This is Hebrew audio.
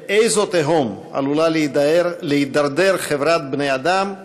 לאיזו תהום עלולה להידרדר חברת בני-אדם,